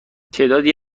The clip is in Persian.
تعدادی